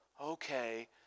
Okay